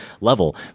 level